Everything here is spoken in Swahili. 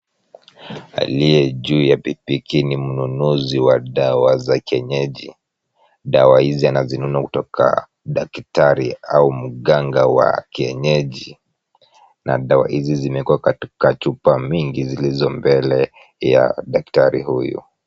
Aliye juu ya pikipiki ni mnunuzi wa dawa za kienyeji. Dawa hizi anazinunua kutoka kwa daktari au mganga wa kienyeji na dawa hizi zimeekwa katika chupa mingi zilizo mbele ya daktari huyu.